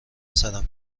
سرم